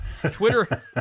Twitter